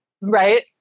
Right